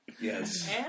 Yes